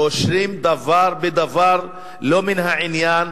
קושרים דבר בדבר לא ממין העניין,